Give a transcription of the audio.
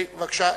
בבקשה,